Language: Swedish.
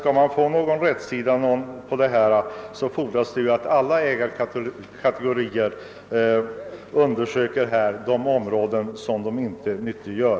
Skall man få någon rätsida på detta fordras det ju att alla ägarkategorier undersöker de områden som de inte nyttiggör.